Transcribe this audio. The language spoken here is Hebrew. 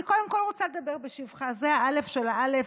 אני קודם כול רוצה לדבר בשבחה, זה האלף של האלף.